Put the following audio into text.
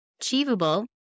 achievable